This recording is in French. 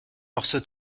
morceau